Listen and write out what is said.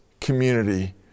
community